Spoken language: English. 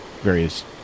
various